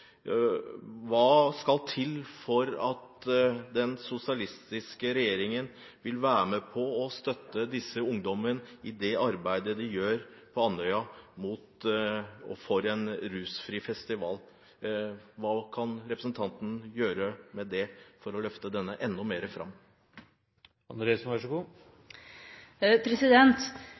Hva skal til for at den sosialistiske regjeringen vil være med på å støtte disse ungdommene i det arbeidet de gjør på Andøya for en rusfri festival? Hva kan representanten gjøre med det for å løfte denne enda mer fram?